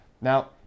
Now